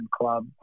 club